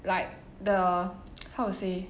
like the how to say